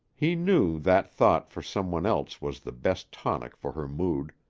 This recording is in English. he knew that thought for some one else was the best tonic for her mood,